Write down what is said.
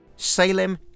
Salem